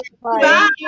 bye